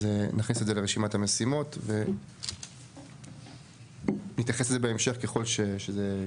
אז נכניס את זה לרשימת המשימות ונתייחס לזה בהמשך ככל שנצטרך.